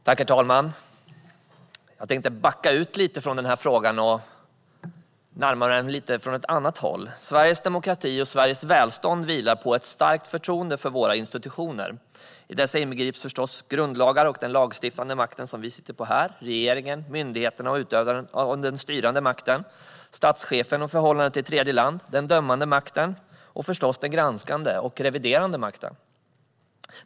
Herr talman! Jag tänkte närma mig frågan lite från ett annat håll. Sveriges demokrati och Sveriges välstånd vilar på ett starkt förtroende för våra institutioner. I dessa inbegrips grundlagarna och den lagstiftande makten, regeringen, myndigheterna och utövandet av den styrande makten, statschefen och förhållandet till tredje land, den dömande makten och - förstås - den granskande och reviderande makten.